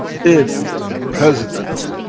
if president,